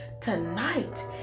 tonight